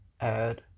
add